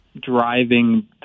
driving